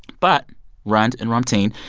but rund and ramtin,